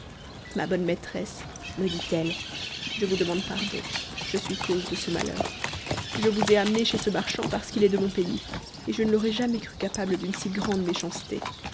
ma bonne maîtresse me dit-elle je vous demande pardon je suis cause de ce malheur je vous ai amenée chez ce marchand parce qu'il est de mon pays et je ne l'aurais jamais cru capable d'une si grande méchanceté